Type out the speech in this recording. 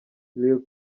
lil